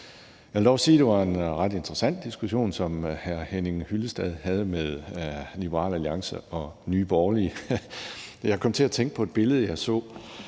Jeg vil dog sige, at det var en ret interessant diskussion, som hr. Henning Hyllested havde med Liberal Alliance og Nye Borgerlige. Jeg kom til at tænke på et billede, jeg så,